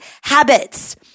habits